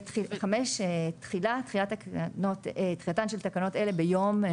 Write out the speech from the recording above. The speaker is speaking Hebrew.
תחילה תחילתן של תקנות אלה ביום...